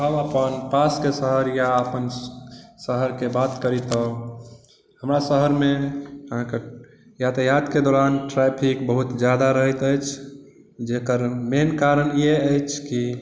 हम अपन पासके शहर या अपन शहरके बात करी तऽ हमरा शहरमे अहाँके यातायातके दौरान ट्रैफिक बहुत ज्यादा रहैत अछि जकर मेन कारण ई अछि कि